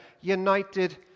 united